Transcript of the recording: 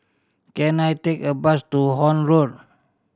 can I take a bus to Horne Road